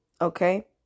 Okay